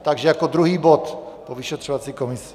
Takže jako druhý bod po vyšetřovací komisi.